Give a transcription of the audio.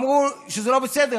אמרו שזה לא בסדר.